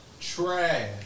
Trash